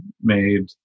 made